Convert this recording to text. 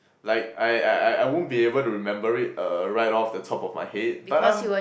like I I I won't be able to remember it uh right off the top of my head but I'm